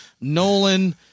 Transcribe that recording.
Nolan